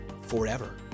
forever